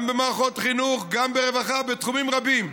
גם במערכות חינוך, גם ברווחה, בתחומים רבים.